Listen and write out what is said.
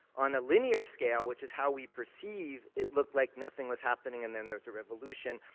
on a linear scale, which is how we perceive, it looked like nothing was happening, and then there's a revolution.